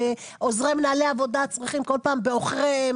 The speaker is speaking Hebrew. מנהלי עבודה ועוזרי מנהלי עבודה צריכים כל פעם בעוכריהם,